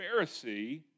Pharisee